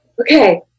okay